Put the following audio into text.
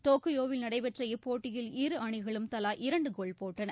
டோக்கியோவில் நடைபெற்ற இப்போட்டியில் இருஅணிகளும் தவா இரண்டு கோல் போட்டன